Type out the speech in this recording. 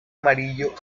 amarillo